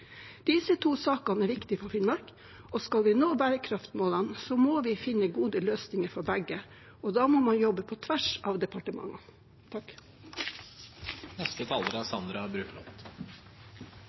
Disse to sakene er viktig for Finnmark, og skal vi nå bærekraftsmålene, må vi finne gode løsninger for begge. Da må man jobbe på tvers av departementene.